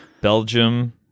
Belgium